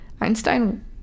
Einstein